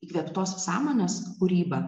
įkvėptos sąmonės kūrybą